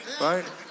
Right